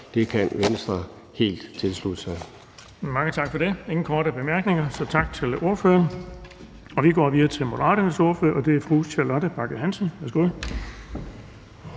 Den fg. formand (Erling Bonnesen): Der er ingen korte bemærkninger, så tak til ordføreren. Vi går videre til Moderaternes ordfører, og det er fru Charlotte Bagge Hansen. Værsgo.